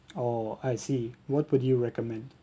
orh I see what would you recommend